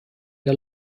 der